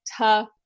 tough